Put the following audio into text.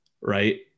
Right